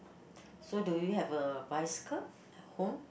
so do you have a bicycle at home